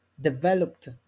developed